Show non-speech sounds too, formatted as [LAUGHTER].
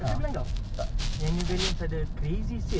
[LAUGHS]